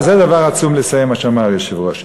זה דבר עצום לסיים בו, מה שאמר היושב-ראש.